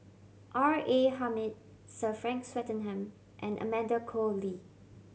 R A Hamid Sir Frank Swettenham and Amanda Koe Lee